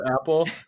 apple